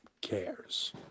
cares